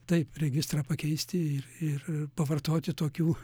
taip registrą pakeisti ir ir pavartoti tokių